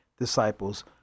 disciples